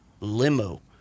limo